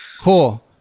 Cool